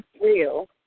real